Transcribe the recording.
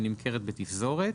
ונמכרת בתפזורת